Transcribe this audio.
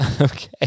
Okay